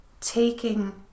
taking